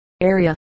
area